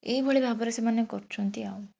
ଏହିଭଳି ଭାବରେ ସେମାନେ କରୁଛନ୍ତି ଆଉ